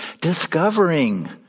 discovering